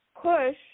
push